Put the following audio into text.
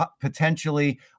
potentially